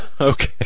Okay